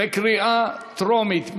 בקריאה טרומית.